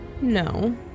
No